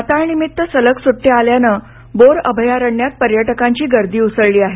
नाताळनिमित्त सलग सुट्या आल्याने बोर अभयारण्यात पर्यटकांची गर्दी उसळली आहे